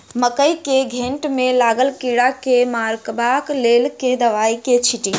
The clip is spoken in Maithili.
मकई केँ घेँट मे लागल कीड़ा केँ मारबाक लेल केँ दवाई केँ छीटि?